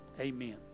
Amen